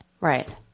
right